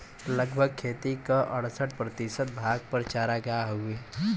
लगभग खेती क अड़सठ प्रतिशत भाग पर चारागाह हउवे